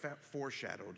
foreshadowed